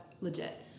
legit